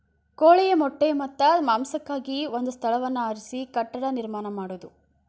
ಕೋಳಿಯ ಮೊಟ್ಟೆ ಮತ್ತ ಮಾಂಸಕ್ಕಾಗಿ ಒಂದ ಸ್ಥಳವನ್ನ ಆರಿಸಿ ಕಟ್ಟಡಾ ನಿರ್ಮಾಣಾ ಮಾಡುದು